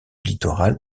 littoral